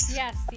yes